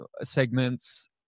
segments